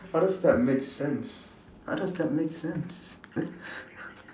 how does that make sense how does that make sense